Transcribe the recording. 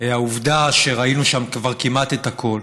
העובדה שכבר ראינו שם כבר כמעט את הכול.